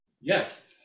Yes